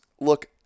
look